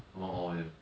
among all of them